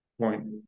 point